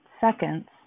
seconds